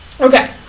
Okay